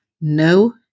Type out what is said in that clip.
No